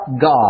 God